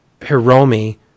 Hiromi